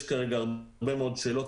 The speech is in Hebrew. יש כרגע הרבה מאוד שאלות,